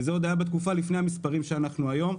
זה עוד היה בתקופה לפני המספרים שאנחנו רואים היום.